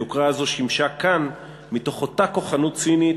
היוקרה הזו שימשה כאן מתוך אותה כוחנות צינית,